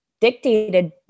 dictated